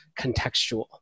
contextual